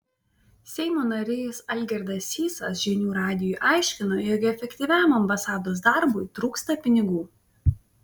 seimo narys algirdas sysas žinių radijui aiškino jog efektyviam ambasados darbui trūksta pinigų